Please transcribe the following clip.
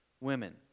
women